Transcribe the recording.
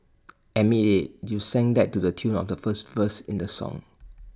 admit IT you sang that to the tune of the first verse in the song